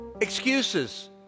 excuses